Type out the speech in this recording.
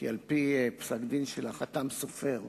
כי על-פי פסק-דין של החת"ם סופר,